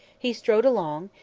he strode along,